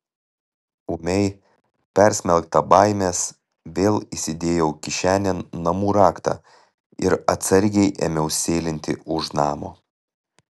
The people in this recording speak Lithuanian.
ūmiai persmelkta baimės vėl įsidėjau kišenėn namų raktą ir atsargiai ėmiau sėlinti už namo